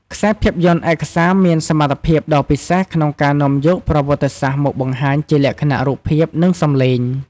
ខ្សែភាពយន្តឯកសារមានសមត្ថភាពដ៏ពិសេសក្នុងការនាំយកប្រវត្តិសាស្ត្រមកបង្ហាញជាលក្ខណៈរូបភាព និងសម្លេង។